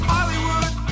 Hollywood